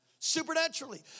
supernaturally